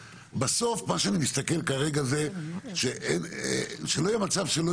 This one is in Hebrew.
בסוף מה שאני מסתכל כרגע זה שלא יהיה מצב שלא